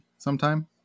Sometime